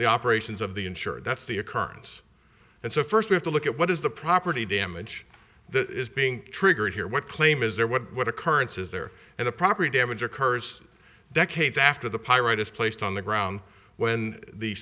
the operations of the insurer that's the occurrence and so first we have to look at what is the property damage that is being triggered here what claim is there what occurrence is there and a property damage occurs decades after the pyrite is placed on the ground when the